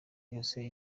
yose